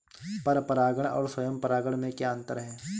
पर परागण और स्वयं परागण में क्या अंतर है?